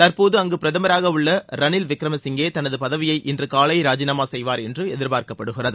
தற்போது அங்கு பிரதமராக உள்ள ரனில் விக்ரம சிங்கே தனது பதவியை இன்று காலை ராஜினாமா செய்வார் என்று எதிர்பார்க்கப்படுகிறது